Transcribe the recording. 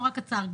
נורא קצר,